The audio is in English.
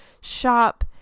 shop